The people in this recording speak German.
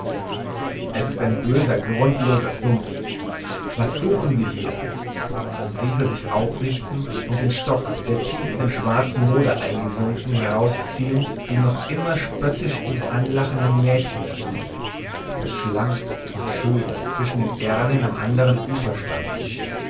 es ist böser grundloser sumpf was suchen sie hier rief er sich aufrichtend und den stock der tief in den schwarzen moder eingesunken herausziehend dem noch immer spöttisch ihn anlachenden mädchen zu das schlank und schön zwischen den erlen am anderen ufer stand